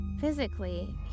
Physically